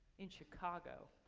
in chicago.